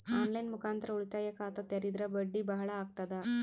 On line ಮುಖಾಂತರ ಉಳಿತಾಯ ಖಾತ ತೇರಿದ್ರ ಬಡ್ಡಿ ಬಹಳ ಅಗತದ?